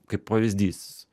kaip pavyzdys